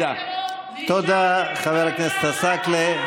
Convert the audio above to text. אני מדבר, כולכם שותקים.